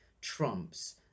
trumps